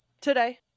today